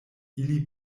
ili